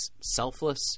selfless